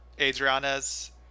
Adriana's